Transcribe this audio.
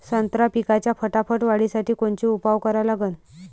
संत्रा पिकाच्या फटाफट वाढीसाठी कोनचे उपाव करा लागन?